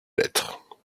l’être